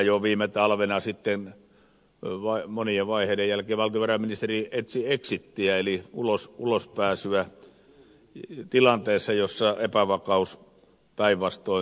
jo viime talvena monien vaiheiden jälkeen valtiovarainministeri etsi eksittiä eli ulospääsyä tilanteessa jossa epävakaus päinvastoin kasvoi